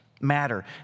matter